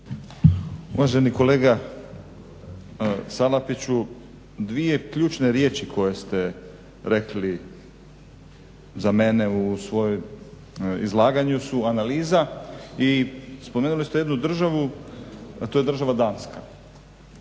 Uvaženi kolega Salapiću, dvije ključne riječi koje ste rekli za mene u svojem izlaganju su analiza i spomenuli ste jednu državu, a to je država Danska,